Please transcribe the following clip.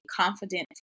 confident